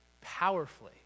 powerfully